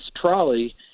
trolley